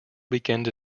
weekend